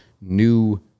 new